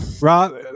Rob